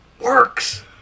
works